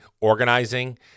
organizing